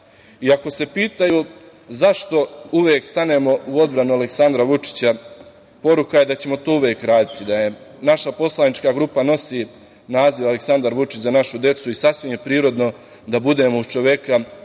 Ako se pitaju zašto uvek stanemo u odbranu Aleksandra Vučića, poruka je da ćemo to uvek raditi, da naša poslanička grupa nosi naziv „Aleksandar Vučić – Za našu decu“ i sasvim je prirodno da budemo uz čoveka